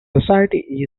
society